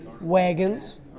Wagons